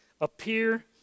appear